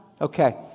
Okay